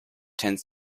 tends